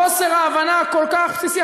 חוסר ההבנה הכל-כך בסיסי,